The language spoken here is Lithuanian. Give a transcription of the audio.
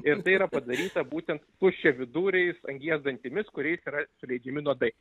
ir tai yra padaryta būtent tuščiaviduriais angies dantimis kuriais yra suleidžiami nuodai